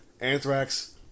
Anthrax